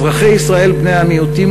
אזרחי ישראל בני המיעוטים,